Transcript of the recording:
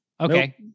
Okay